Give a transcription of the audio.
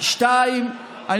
דבר נוסף,